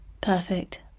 Perfect